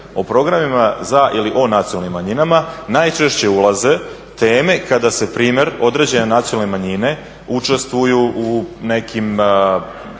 o programima za ili o nacionalnim manjinama najčešće ulaze teme kada na primjer određene nacionalne manjine učestvuju u nekim